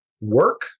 work